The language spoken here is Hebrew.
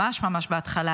ממש בהתחלה,